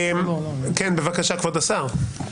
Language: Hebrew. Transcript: בבקשה, כבוד השר.